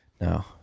No